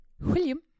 William